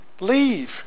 Leave